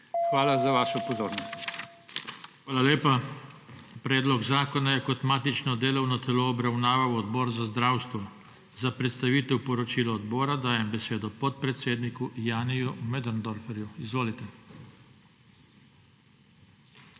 JOŽE TANKO:** Hvala lepa. Predlog zakona je kot matično delovno telo obravnaval Odbor za zdravstvo. Za predstavitev poročila odbora dajem besedo podpredsedniku Janiju Möderndorferju. Trenutek,